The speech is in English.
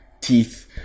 teeth